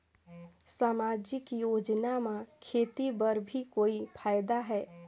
समाजिक योजना म खेती बर भी कोई फायदा है?